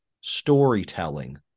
storytelling